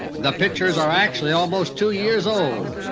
the pictures are actually almost two years old,